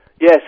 Yes